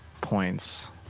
points